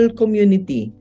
community